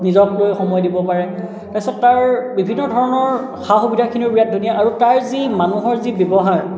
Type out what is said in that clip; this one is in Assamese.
নিজক লৈ সময় দিব পাৰে তাৰপিছত তাৰ বিভিন্ন ধৰণৰ সা সুবিধাখিনিও বিৰাট ধুনীয়া আৰু তাৰ যি মানুহৰ যি ব্যৱহাৰ